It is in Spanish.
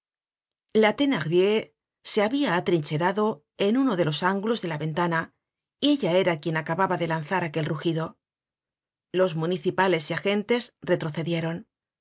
la thenardier se habia atrincherado en uno de los ángulos de la ventana y ella era quien acababa de lanzar aquel rugido los municipales y agentes retrocedieron